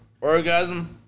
orgasm